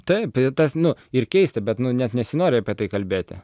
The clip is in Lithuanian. taip tas nu ir keista bet nu net nesinori apie tai kalbėti